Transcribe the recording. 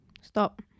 Stop